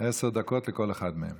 עשר דקות לכל אחד מהם.